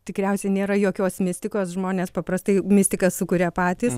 tikriausiai nėra jokios mistikos žmonės paprastai mistiką sukuria patys